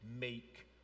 make